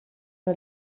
que